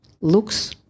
looks